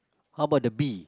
how about the bee